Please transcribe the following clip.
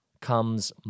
comes